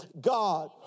God